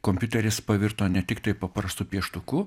kompiuteris pavirto ne tiktai paprastu pieštuku